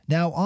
Now